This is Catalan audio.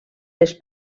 les